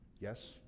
Yes